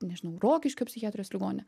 nežinau rokiškio psichiatrijos ligonine